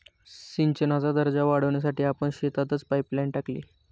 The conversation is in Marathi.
सिंचनाचा दर्जा वाढवण्यासाठी आपण शेतातच पाइपलाइन टाकली